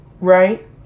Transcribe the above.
right